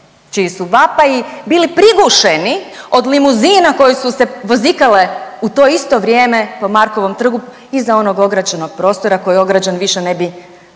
čiji su vapaji bili prigušeni od limuzina koje su se vozikale u to isto vrijeme po Markovom trgu iza onog ograđenog prostora koji ograđen više ne bi